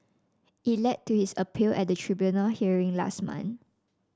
it led to his appeal at a tribunal hearing last month